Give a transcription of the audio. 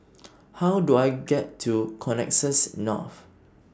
How Do I get to Connexis North